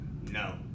No